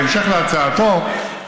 בהמשך להצעתו,